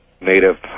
Native